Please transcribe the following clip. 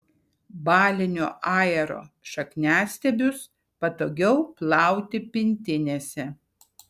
balinio ajero šakniastiebius patogiau plauti pintinėse